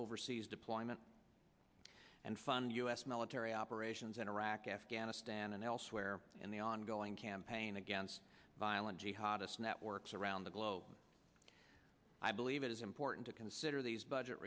overseas deployment and fund u s military operations in iraq afghanistan and elsewhere in the ongoing campaign against violent jihad us networks around the globe and i believe it is important to consider these budget